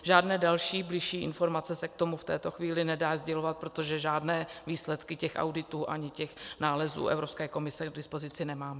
Žádná další bližší informace se k tomu v této chvíli nedá sdělovat, protože žádné výsledky auditů ani těch nálezů Evropské komise k dispozici nemáme.